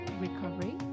Recovery